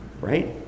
Right